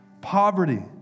Poverty